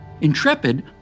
Intrepid